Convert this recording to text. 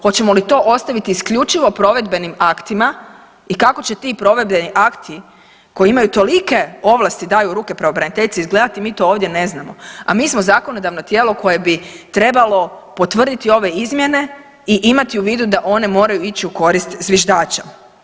Hoćemo li to ostaviti isključivo provedbenim aktima i kako će ti provedbeni akti koji imaju tolike ovlasti i daju u ruke pravobraniteljici mi to ovdje ne znamo, a mi smo zakonodavno tijelo koje bi trebalo potvrditi ove izmjene i imati u vidu da one moraju ići u korist zviždača.